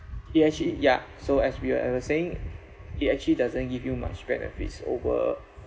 it actually ya so as we were uh saying it actually doesn't give you much benefits over